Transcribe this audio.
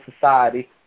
society